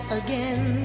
again